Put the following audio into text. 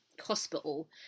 hospital